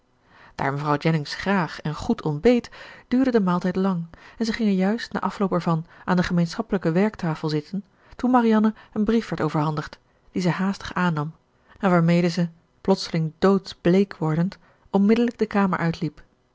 daar mevrouw jennings graag en goed ontbeet duurde de maaltijd lang en zij gingen juist na afloop ervan aan de gemeenschappelijke werktafel zitten toen marianne een brief werd overhandigd dien zij haastig aannam en waarmede zij plotseling doodsbleek wordend onmiddellijk de kamer uitliep